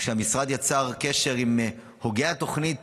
כשהמשרד יצר קשר עם הוגי התוכנית